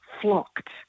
flocked